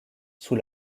sous